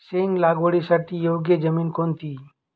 शेंग लागवडीसाठी योग्य जमीन कोणती?